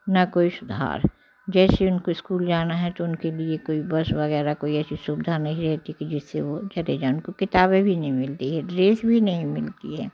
ना कोई सुधार जैसे उनको स्कूल जाना है तो उनके लिए कोई बस वगैरह कोई ऐसी सुविधा नहीं रहती है कि जिससे वो चले जाएँ उनको किताबें भी नहीं मिलती है ड्रेस भी नहीं मिलती है